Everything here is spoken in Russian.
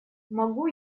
могу